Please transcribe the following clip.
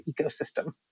ecosystem